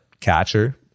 catcher